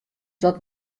dat